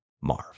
Marv